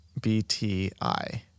BTI